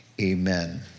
Amen